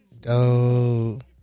dope